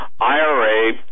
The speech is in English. IRA